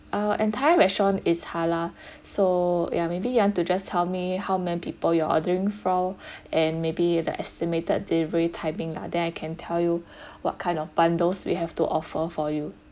our entire restaurant is halal so ya maybe you want to just tell me how many people you're ordering for and maybe the estimated delivery timing lah then I can tell you what kind of bundles will have to offer for you